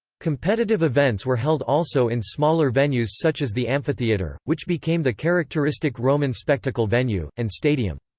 competitive events were held also in smaller venues such as the amphitheatre, which became the characteristic roman spectacle venue, and stadium.